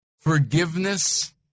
Forgiveness